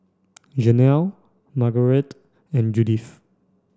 Jenelle Margarete and Judith